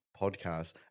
Podcast